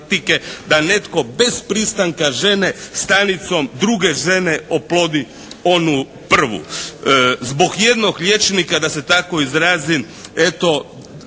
da netko bez pristanka žene stanicom druge žene oplodi onu prvu. Zbog jednog liječnika, da se tako izrazim, eto